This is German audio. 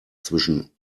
zwischen